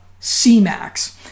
CMAX